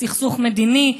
סכסוך מדיני.